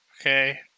okay